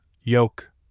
yoke